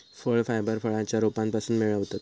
फळ फायबर फळांच्या रोपांपासून मिळवतत